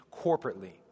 corporately